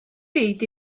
byd